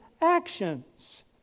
actions